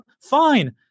Fine